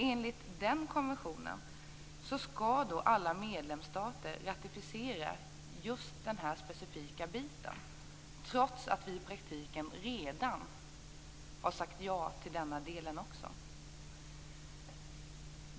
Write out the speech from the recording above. Enligt konventionen skall alla medlemsstater ratificera just den här specifika biten - trots att vi i praktiken redan har sagt ja till denna del också.